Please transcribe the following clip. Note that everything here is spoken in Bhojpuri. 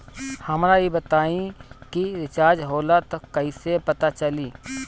हमका ई बताई कि रिचार्ज होला त कईसे पता चली?